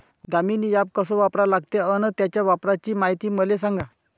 Damini app कस वापरा लागते? अन त्याच्या वापराची मायती मले सांगा